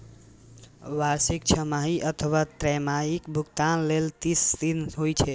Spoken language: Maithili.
वार्षिक, छमाही अथवा त्रैमासिक भुगतान लेल तीस दिन होइ छै